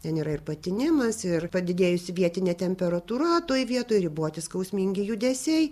ten yra ir patinimas ir padidėjusi vietinė temperatūra toj vietoj riboti skausmingi judesiai